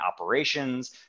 operations